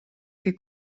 que